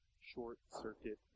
short-circuit